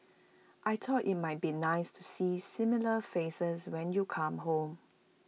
I thought IT might be nice to see familiar faces when you come home